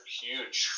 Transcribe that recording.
huge